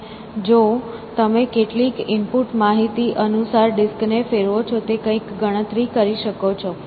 અને જો તમે કેટલીક ઇનપુટ માહિતી અનુસાર ડિસ્કને ફેરવો છો તો તમે કંઈક ગણતરી કરી શકો છો